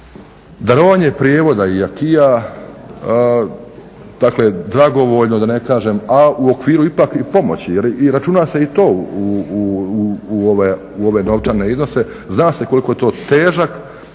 Darovanje prijevoda i acquisa, dakle dragovoljno, da ne kažem, a u okviru ipak i pomoći, i računa se i to u ove novčane iznose, zna se koliko je to težak,